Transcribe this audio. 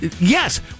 yes